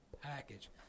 package